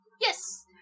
Yes